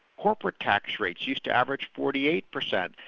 corporate tax rates used to average forty eight percent,